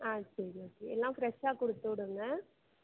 ஆ சரி ஓகே எல்லாம் ஃப்ரெஷாக கொடுத்து விடுங்க